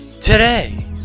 Today